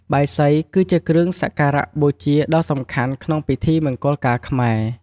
បាយសី គឺជាគ្រឿងសក្ការៈបូជាដ៏សំខាន់ក្នុងពិធីមង្គលការខ្មែរ។